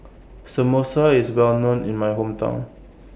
Samosa IS Well known in My Hometown